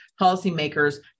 policymakers